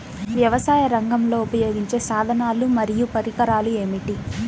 వ్యవసాయరంగంలో ఉపయోగించే సాధనాలు మరియు పరికరాలు ఏమిటీ?